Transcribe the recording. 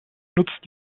nutzt